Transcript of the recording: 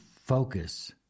focus